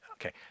Okay